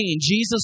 Jesus